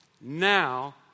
now